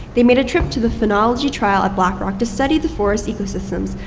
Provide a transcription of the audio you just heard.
they made a trip to the phenology trail at black rock to study the forest's ecosystems,